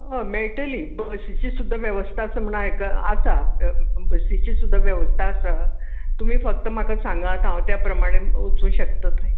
हय मेळटली बसीचीं सुद्दां वेवस्था आसा म्हूण आयकलां आसा बसीची सुद्दां वेवस्था आसा तुमी फक्त म्हाका सांगात हांव त्या प्रमाणे वचूंक शकता थंय